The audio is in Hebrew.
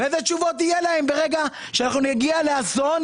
ואיזה תשובות יהיו להם ברגע שנגיע לאסון,